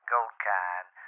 Goldkind